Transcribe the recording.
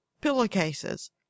pillowcases